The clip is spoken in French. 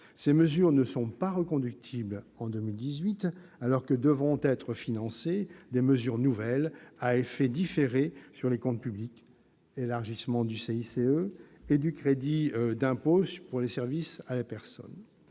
Ces mesures ne sont pas reconductibles en 2018 alors que devront être financées des mesures nouvelles à effet différé sur les comptes publics : élargissement du crédit d'impôt pour la compétitivité et